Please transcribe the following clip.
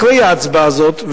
אחרי ההצבעה הזאת,